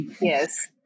yes